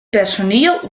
personiel